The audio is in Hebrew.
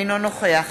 אינו נוכח